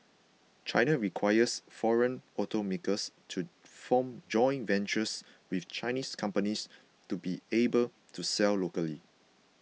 China requires foreign automakers to form joint ventures with Chinese companies to be able to sell locally